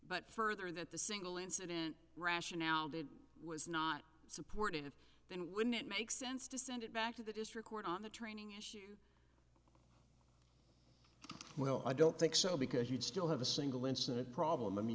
but further that the single incident rationale and it was not supportive then wouldn't it make sense to send it back to the district court on the training issue well i don't think so because you'd still have a single incident problem